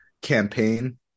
campaign